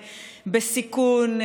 בסיכון,